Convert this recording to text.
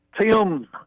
Tim